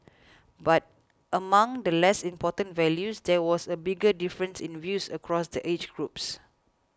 but among the less important values there was a bigger difference in views across the age groups